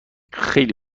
خیلی